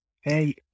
hey